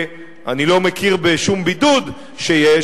אני לא מכיר בשום בידוד שיש,